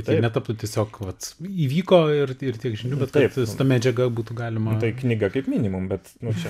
tai netaptų tiesiog vat įvyko ir ir tiek žinių bet kad su ta medžiaga būtų galima knyga kaip minimum bet nu čia